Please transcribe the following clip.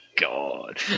God